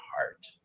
heart